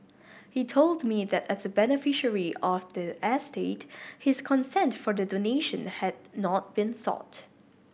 he told me that as a beneficiary of the estate his consent for the donation had not been sought